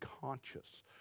conscious